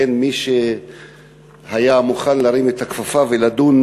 אין מי שהיה מוכן להרים את הכפפה ולדון